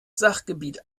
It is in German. sachgebiet